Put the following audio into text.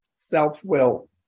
self-will